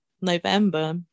November